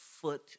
foot